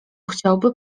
chciałby